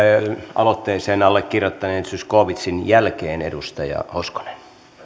aloitteeseen allekirjoittaneen zyskowiczin jälkeen edustaja hoskonen